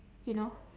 you know